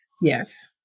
Yes